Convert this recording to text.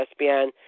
ESPN